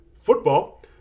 Football